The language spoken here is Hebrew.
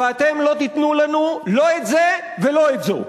ואתם לא תיתנו לנו, לא את זה ולא את זאת.